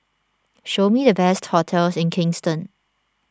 show me the best hotels in Kingstown